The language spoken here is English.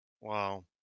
Wow